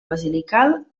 basilical